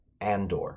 Andor